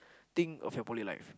think of your poly life